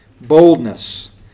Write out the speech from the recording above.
Boldness